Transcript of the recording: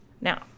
Now